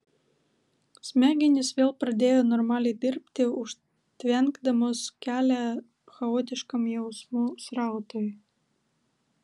smegenys vėl pradėjo normaliai dirbti užtvenkdamos kelią chaotiškam jausmų srautui